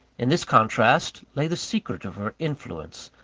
in this contrast lay the secret of her influence,